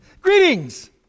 greetings